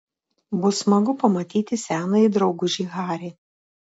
bus smagu pamatyti senąjį draugužį harį